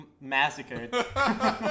massacred